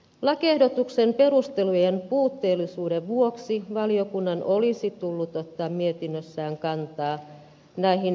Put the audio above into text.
lakiehdotuksen perustelujen puutteellisuuden vuoksi valiokunnan olisi tullut ottaa mietinnössään kantaa näihin näkökohtiin